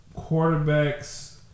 Quarterbacks